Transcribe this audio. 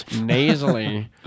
nasally